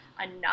enough